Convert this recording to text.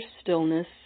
stillness